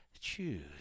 choose